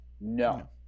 No